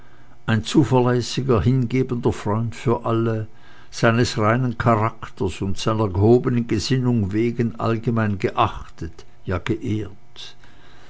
ein zuverlässiger hingebender freund für alle seines reinen charakters und seiner gehobenen gesinnung wegen allgemein geachtet ja geehrt